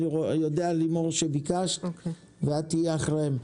אני יודע לימור שביקשת, ואת תהיי אחריהם.